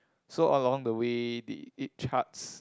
so along the way the it charts